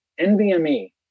NVMe